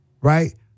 right